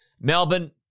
Melbourne